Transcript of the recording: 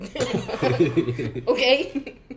Okay